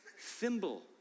thimble